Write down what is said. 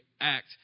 act